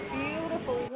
beautiful